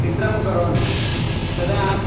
चित्रं करोमि तदा